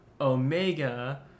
Omega